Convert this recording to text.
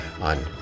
on